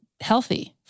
healthy